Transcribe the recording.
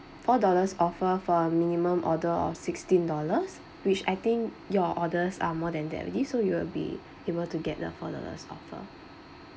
four dollars offer for a minimum order of sixteen dollars which I think your orders are more than that already so you will be able to get the four dollars offer